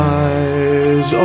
eyes